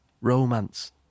Romance